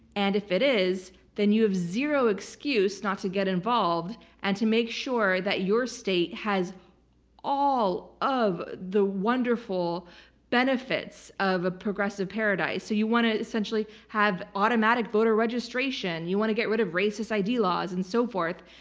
and if it is, then you have zero excuse not to get involved and to make sure that your state has all of the wonderful benefits of a progressive paradise. so you want to essentially have automatic voter registration. you want to get rid of racist i. d. laws, and so forth,